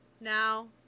Now